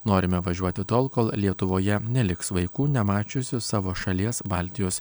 norime važiuoti tol kol lietuvoje neliks vaikų nemačiusių savo šalies baltijos